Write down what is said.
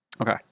Okay